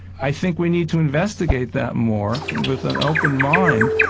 i think we need to investigate that more with an open mind.